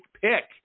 pick